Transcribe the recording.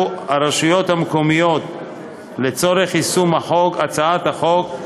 הרשויות המקומיות להקצות לצורך יישום הצעת החוק,